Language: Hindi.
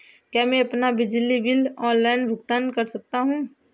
क्या मैं अपना बिजली बिल ऑनलाइन भुगतान कर सकता हूँ?